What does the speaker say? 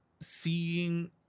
seeing